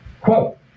Quote